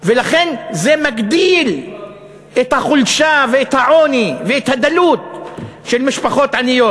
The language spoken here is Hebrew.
ולכן זה מגדיל את החולשה ואת העוני ואת הדלות של משפחות עניות,